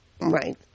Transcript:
Right